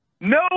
No